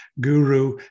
guru